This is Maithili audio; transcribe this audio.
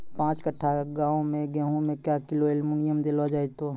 पाँच कट्ठा गांव मे गेहूँ मे क्या किलो एल्मुनियम देले जाय तो?